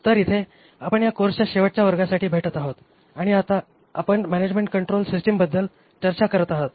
तर इथे आपण या कोर्सच्या शेवटच्या वर्गासाठी भेटत आहोत आणि आपण मॅनॅजमेण्ट कंट्रोल सिस्टिमबद्दल चर्चा करत आहोत